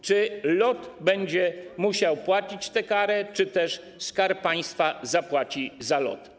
Czy LOT będzie musiał płacić tę karę, czy też Skarb Państwa zapłaci za LOT?